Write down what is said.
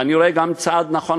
ואני רואה גם צעד נכון,